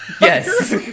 Yes